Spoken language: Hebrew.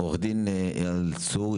עו"ד אייל צור,